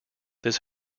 this